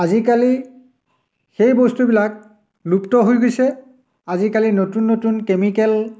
আজিকালি সেই বস্তুবিলাক লুপ্ত হৈ গৈছে আজিকালি নতুন নতুন কেমিকেল